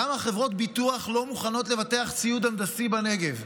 למה חברות ביטוח לא מוכנות לבטח ציוד הנדסי בנגב?